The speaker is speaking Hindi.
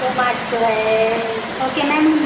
दो मार्च को है ओके मैम हम